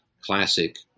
classic